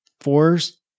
fours